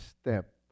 step